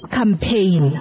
campaign